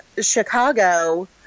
Chicago